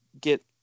get